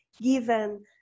given